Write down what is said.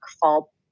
fall